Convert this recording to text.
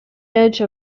edge